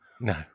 No